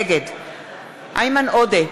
נגד איימן עודה,